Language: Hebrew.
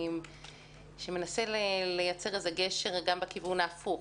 שמנסה ליצור גשר גם בכיוון ההפוך.